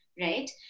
Right